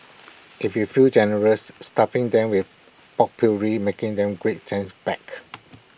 if you feel generous stuffing them with potpourri making them great scent back